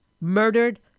murdered